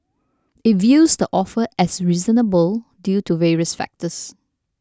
it views the offer as reasonable due to various factors